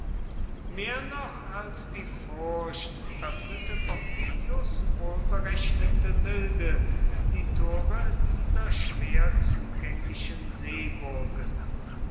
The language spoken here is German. mehr noch als die furcht öffnete pompeius wohlberechnete milde die tore dieser schwer zugänglichen seeburgen